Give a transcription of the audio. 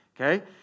okay